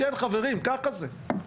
כן, חברים, ככה זה.